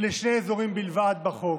לשני אזורים בלבד בחוק.